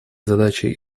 задачей